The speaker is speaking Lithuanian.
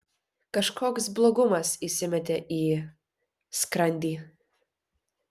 kažkoks blogumas įsimetė į skrandį